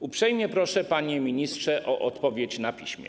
Uprzejmie proszę, panie ministrze, o odpowiedź na piśmie.